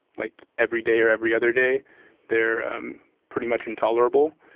like every day or every other day they're pretty much intolerable.